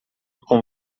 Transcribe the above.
com